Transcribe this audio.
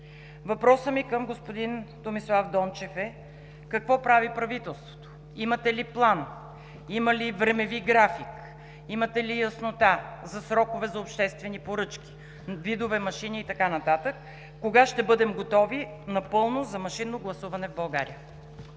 Въпросът ми към господин Томислав Дончев е: какво прави правителството? Имате ли план? Има ли времеви график? Имате ли яснота за срокове за обществени поръчки, видове машини и така нататък? Кога ще бъдем напълно готови за машинно гласуване в България?